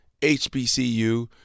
HBCU